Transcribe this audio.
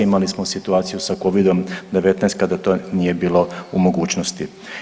Imali smo situaciju sa Covidom-19 kada to nije bilo u mogućnosti.